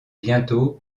bientôt